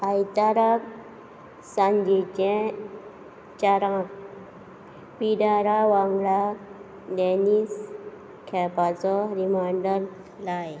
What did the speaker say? आयताराक सांजेचे चारांक पिडारा वांगडा टॅनीस खेळपाचो रिमांयडर लाय